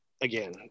again